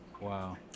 Wow